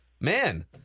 man